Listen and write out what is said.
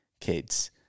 kids